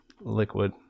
liquid